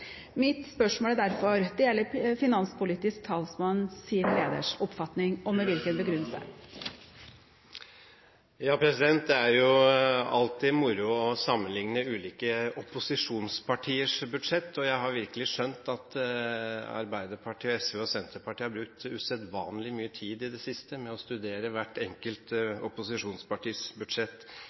Mitt spørsmål er derfor: Deler Kristelig Folkepartis finanspolitiske talsmann sin leders oppfatning om Det er alltid moro å sammenligne ulike opposisjonspartiers budsjett, og jeg har skjønt at Arbeiderpartiet og SV og Senterpartiet har brukt usedvanlig mye tid i det siste med å studere hvert enkelt opposisjonspartis budsjett